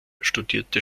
studierte